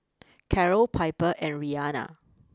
Carrol Piper and Rianna